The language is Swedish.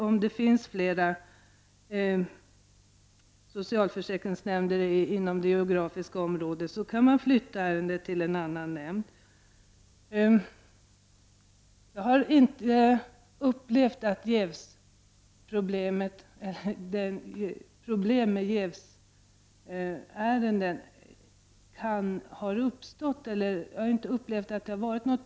Om det finns flera socialförsäkringshämnder inom det geografiska området kan ärendet också flyttas till en annan nämnd. Jag har inte upplevt att det har uppstått problem med jävsärenden.